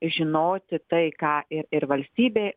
žinoti tai ką ir ir valstybė